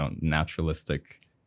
naturalistic